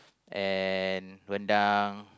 and rendang